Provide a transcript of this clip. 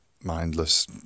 mindless